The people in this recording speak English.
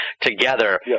together